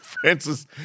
Francis